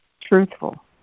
Truthful